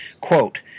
Quote